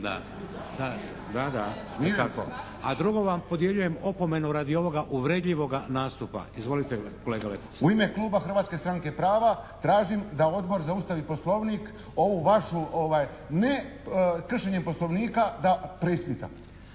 Da, da, da. A drugo vam podjeljujem opomenu radi ovoga uvredljivoga nastupa. Izvolite kolega Letica. **Kovačević, Pero (HSP)** U ime kluba Hrvatske stranke prava tražim da Odbor za Ustav i Poslovnik ovu vašu ne, kršenjem Poslovnika da preispita.